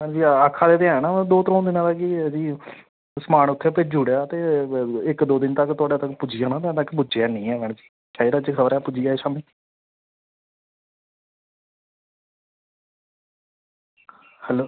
आक्का दे ते हैन कि दों त्रैं दिनें तों कि एह्दी समान उत्थें भेजी ओड़े दा ते इक दो दिन तक तोआड़े तक पुज्जी दानां ते अज़ें तक पुज्जेआ नी ऐ मैंड़म जी शायद अज्ज पुज्जी जा शाम्मी हैल्लो